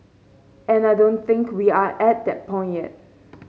and I don't think we are at that point yet